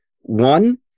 one